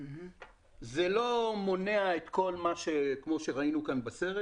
זה לא מונע את כל מה שראינו בסרט